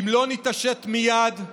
אם לא נתעשת מייד,